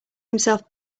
himself